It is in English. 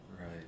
right